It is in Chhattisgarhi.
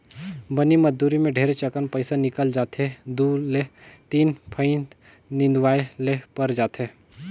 बनी मजदुरी मे ढेरेच अकन पइसा निकल जाथे दु ले तीन फंइत निंदवाये ले पर जाथे